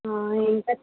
inter